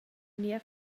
niev